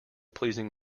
pleasing